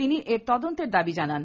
তিনি তদন্তের দাবি জানান